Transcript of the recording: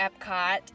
Epcot